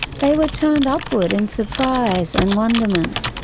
they were turned upward in surprise and wonderment.